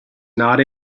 not